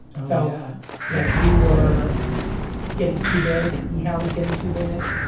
felt yeah like we were getting too big and ehow is getting too big.